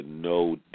no